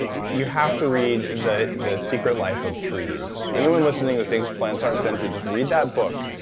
ah you have to read the the secret life of trees. anyone listening who thinks plants aren't sentient, just read that book,